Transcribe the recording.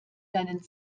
deinen